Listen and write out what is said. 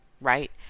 right